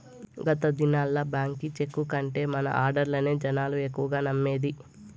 గత దినాల్ల బాంకీ చెక్కు కంటే మన ఆడ్డర్లనే జనాలు ఎక్కువగా నమ్మేది